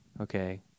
Okay